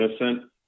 innocent